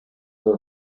for